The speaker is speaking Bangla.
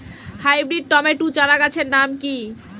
হাইব্রিড টমেটো চারাগাছের নাম কি?